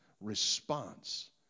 response